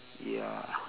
ya